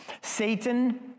satan